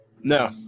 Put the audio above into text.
No